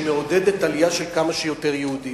שמעודדת עלייה של כמה שיותר יהודים.